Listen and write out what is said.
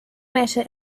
matter